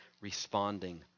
responding